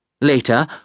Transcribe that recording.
Later